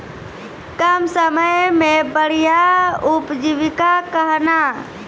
कम समय मे बढ़िया उपजीविका कहना?